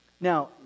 now